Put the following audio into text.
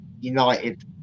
United